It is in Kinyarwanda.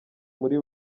muri